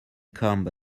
come